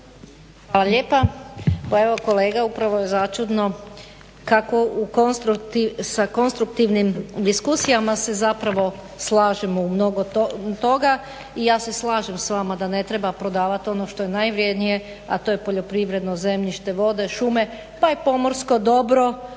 Hvala lijepa. Pa evo kolega upravo je čudno kako sa konstruktivnim diskusijama se zapravo slažemo u mnogo toga i ja se slažem s vama da ne treba prodavati ono što je najvrjednije, a to je poljoprivredno zemljište, vode, šume pa i pomorsko dobro